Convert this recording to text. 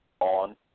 on